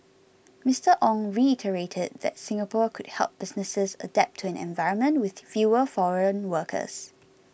Mister Ong reiterated that Singapore could help businesses adapt to an environment with fewer foreign workers